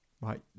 Right